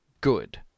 good